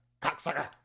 cocksucker